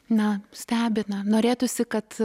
na stebina norėtųsi kad